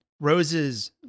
Rose's